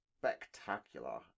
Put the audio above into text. spectacular